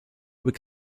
would